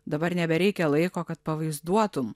dabar nebereikia laiko kad pavaizduotum